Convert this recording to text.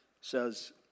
says